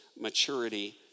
maturity